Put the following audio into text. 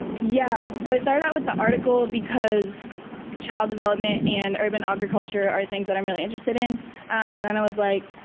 yeah, so i started out with the article because child development and urban agriculture are the things that i'm really interested in and then i was like,